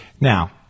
now